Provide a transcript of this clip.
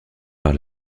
par